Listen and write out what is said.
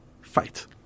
fight